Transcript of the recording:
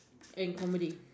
and comedy